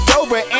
over